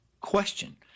question